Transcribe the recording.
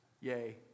yay